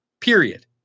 Period